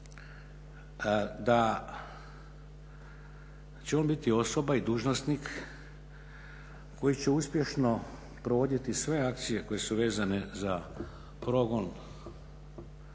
da će on biti osoba i dužnosnik koji će uspješno provoditi sve akcije koje su vezane za progon